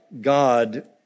God